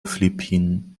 philippinen